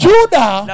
Judah